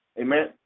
Amen